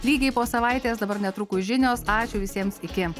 lygiai po savaitės dabar netrukus žinios ačiū visiems iki